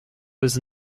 was